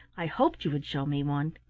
i hoped you would show me one.